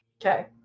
Okay